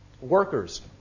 workers